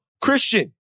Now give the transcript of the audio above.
Christian